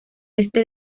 este